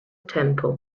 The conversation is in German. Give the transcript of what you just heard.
tempo